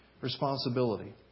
responsibility